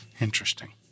Interesting